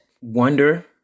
wonder